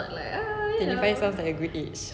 twenty five sounds like a good age